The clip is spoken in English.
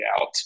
out